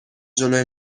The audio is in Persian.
جلوی